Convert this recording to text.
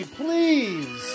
please